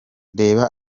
reba